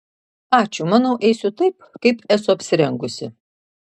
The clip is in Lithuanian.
ačiū manau eisiu taip kaip esu apsirengusi